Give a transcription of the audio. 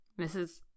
Mrs